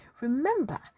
Remember